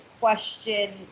question